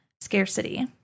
scarcity